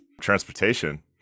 transportation